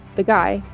the guy,